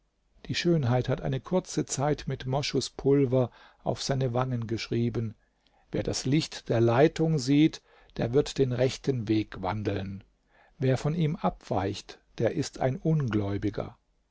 die schönheit hat eine kurze zeit mit moschuspulver auf seine wangen geschrieben wer das licht der leitung sieht der wird den rechten weg wandeln wer von ihm abweicht der ist ein ungläubiger